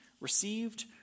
received